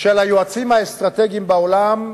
של היועצים האסטרטגיים בעולם,